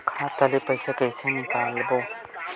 खाता ले पईसा कइसे निकालबो?